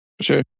Sure